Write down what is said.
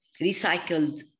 recycled